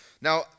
Now